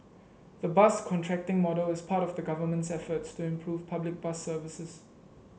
the bus contracting model is part of the Government's efforts to improve public bus services